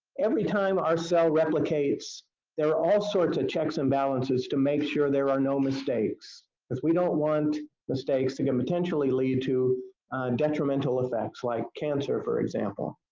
every time our cell replicates there are all sorts of checks and balances to make sure there are no mistakes because we don't want mistakes that can potentially lead to detrimental effects like cancer, for example,